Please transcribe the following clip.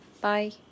Bye